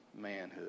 manhood